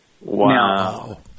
Wow